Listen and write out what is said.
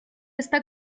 está